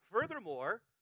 Furthermore